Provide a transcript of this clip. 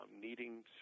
needing